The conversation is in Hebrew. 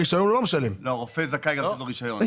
תוכלי לומר לנו,